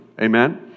Amen